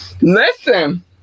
Listen